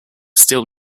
still